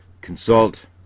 consult